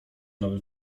nowy